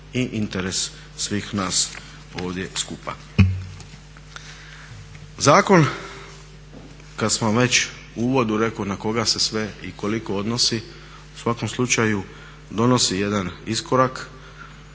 i interes svih nas ovdje skupa. Zakon, kad smo već u uvodu rekoh na koga se sve i koliko odnosi, u svakom slučaju donosi jedan iskorak.